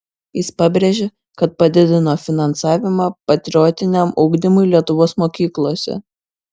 jis pabrėžė kad padidino finansavimą patriotiniam ugdymui lietuvos mokyklose